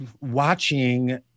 watching